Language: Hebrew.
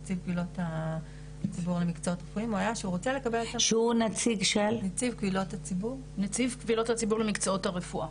שהוא נציב קבילות הציבור למקצועות רפואיים,